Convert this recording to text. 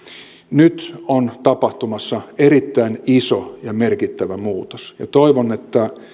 nyt on tapahtumassa erittäin iso ja merkittävä muutos ja toivon että